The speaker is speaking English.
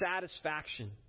satisfaction